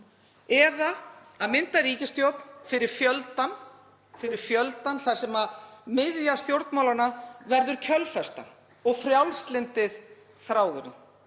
Eða að mynda ríkisstjórn fyrir fjöldann þar sem miðja stjórnmálanna verður kjölfestan og frjálslyndið þráðurinn.